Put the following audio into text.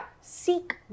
Seek